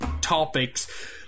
topics